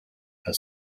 her